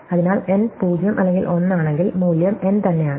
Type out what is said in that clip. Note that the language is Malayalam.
അതിനാൽ n 0 അല്ലെങ്കിൽ 1 ആണെങ്കിൽ മൂല്യം n തന്നെയാണ്